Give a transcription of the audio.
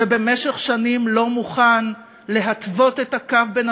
ובמשך שנים לא מוכן להתוות את הקו בין